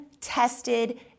tested